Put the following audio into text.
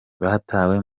batawe